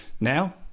Now